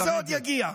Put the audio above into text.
וזה עוד יגיע.